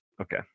Okay